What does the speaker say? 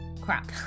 crap